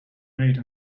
made